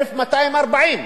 1,240,